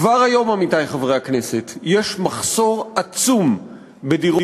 כבר היום, עמיתי חברי הכנסת, יש מחסור עצום בדירות